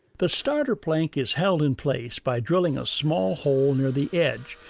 the starter plank is held in place by drilling a small hole near the edge,